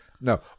No